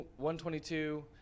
122